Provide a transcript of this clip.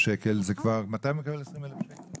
מתי מקבלים 20,000 שקלים?